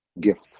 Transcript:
gift